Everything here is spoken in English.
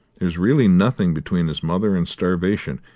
there is really nothing between his mother and starvation,